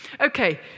Okay